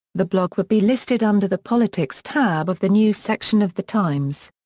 the blog would be listed under the politics tab of the news section of the times.